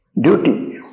duty